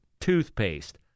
toothpaste